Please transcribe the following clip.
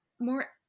more